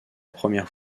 première